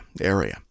area